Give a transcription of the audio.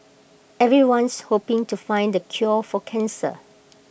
everyone's hoping to find the cure for cancer